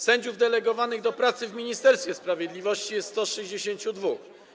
Sędziów delegowanych do pracy w ministerstwie sprawiedliwości jest 162.